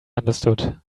understood